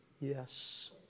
Yes